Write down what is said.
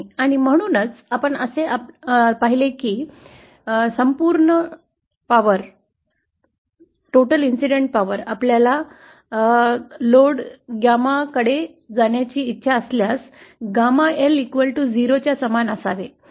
आणि म्हणूनच आपण असे पाहिले आहे की संपूर्ण विद्युत् आपल्याला संपूर्ण घटनेची शक्ती लोड गॅमाकडे जाण्याची इच्छा असल्यास gama L 0 च्या समान असावे